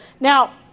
Now